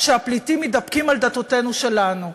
כשהפליטים מתדפקים על דלתותינו שלנו.